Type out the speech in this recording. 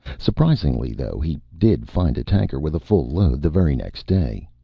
surprisingly, though, he did find a tanker with a full load, the very next day.